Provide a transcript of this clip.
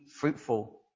fruitful